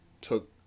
took